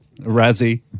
Razzie